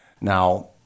Now